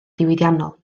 diwydiannol